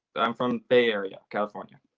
i'm from bay area, california.